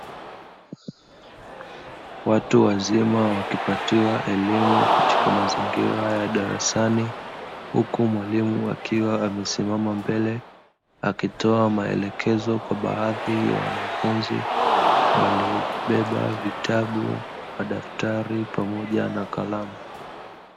Watu wazima wakipatiwa elimu katika mazingira ya darasani, huku mwalimu akiwa amesimama mbele, akitoa maelekezo kwa baadhi ya wanafunzi waliobeba vitabu, madaftari, pamoja na kalamu.